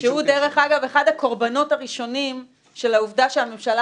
שהוא דרך אגב אחד הקורבנות הראשונים של העובדה שהממשלה